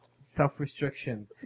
self-restriction